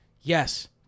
Yes